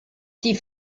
die